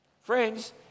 Friends